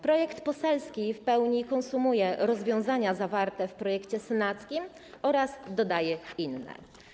Projekt poselski w pełni konsumuje rozwiązania zawarte w projekcie senackim oraz dodaje inne.